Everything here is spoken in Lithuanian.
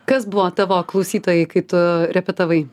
kas buvo tavo klausytojai kai tu repetavai